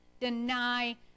deny